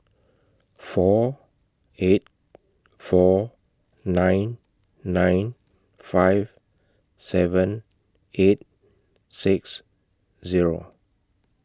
four eight four nine nine five seven eight six Zero